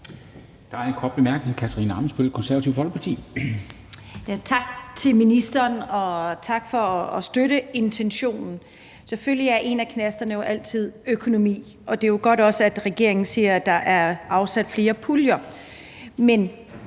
Tak til ministeren, og tak for at støtte intentionen. Selvfølgelig er en af knasterne jo som altid økonomien, og det er også godt, at regeringen siger, at der er afsat flere puljer. Men